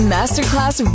Masterclass